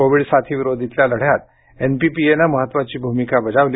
Covid साथीविरोधातल्या लढ्यात एनपीपीएनं महत्त्वाची भूमिका बजावली